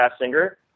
singer